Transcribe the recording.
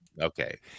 Okay